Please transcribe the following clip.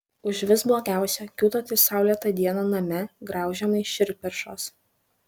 užvis blogiausia kiūtoti saulėtą dieną name graužiamai širdperšos